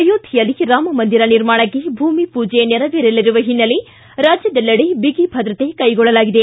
ಅಯೋಧ್ಯೆಯಲ್ಲಿ ರಾಮಮಂದಿರ ನಿರ್ಮಾಣಕ್ಕೆ ಭೂಮಿ ಪೂಜೆ ನೆರವೇರಲಿರುವ ಹಿನ್ನೆಲೆ ರಾಜ್ಯದಲ್ಲೆಡೆ ಬಿಗಿ ಭದ್ರತೆ ಕ್ಕೆಗೊಳ್ಳಲಾಗಿದೆ